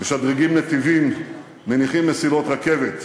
משדרגים נתיבים, מניחים מסילות רכבת.